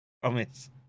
Promise